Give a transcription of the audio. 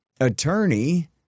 attorney